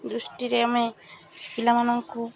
ଦୃଷ୍ଟିରେ ଆମେ ପିଲାମାନଙ୍କୁ